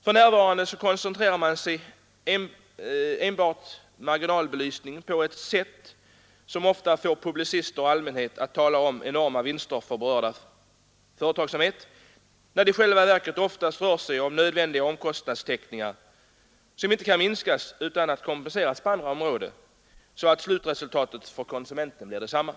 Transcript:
För närvarande koncentrerar man sig på enbart marginalbelysning på ett sätt som ofta får publicister och allmänhet att tala om enorma vinster för berörd företagsamhet, trots att det i själva verket oftast rör sig om nödvändig omkostnadstäckning, som inte kan minskas utan kompensation på andra områden så att slutresultatet för konsumenten blir detsamma.